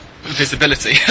visibility